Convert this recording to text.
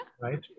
right